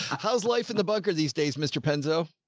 how's life in the bunker these days, mr penzu?